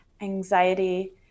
anxiety